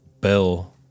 Bell